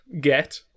get